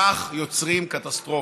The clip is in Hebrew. כך יוצרים קטסטרופה.